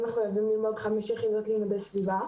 מחויבים ללמוד 5 יח' לימודי סביבה,